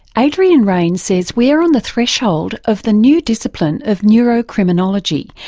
adrian raine says we're on the threshold of the new discipline of neurocriminology,